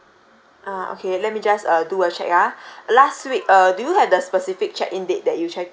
uh okay let me just uh do a check ah last week uh do you have the specific check in date that you checked in